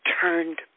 turned